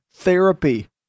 Therapy